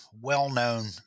well-known